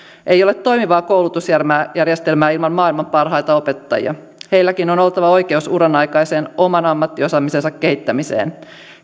ei ole toimivaa koulutusjärjestelmää ilman maailman parhaita opettajia heilläkin on oltava oikeus uranaikaiseen oman ammattiosaamisensa kehittämiseen